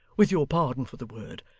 with your pardon for the word,